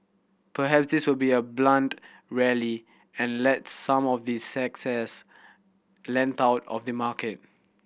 perhaps this will be a blunt rally and let some of the length out of the market